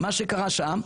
מה שקרה שם,